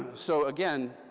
so again,